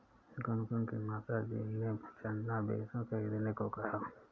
गुनगुन की माताजी ने चना बेसन खरीदने को कहा